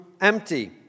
empty